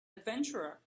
adventurer